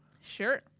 Sure